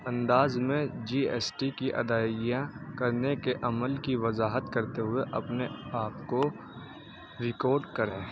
انداز میں G S T کی ادائییاں کرنے کے عمل کی وضاحت کرتے ہوئے اپنے آپ کو ریکارڈ کریں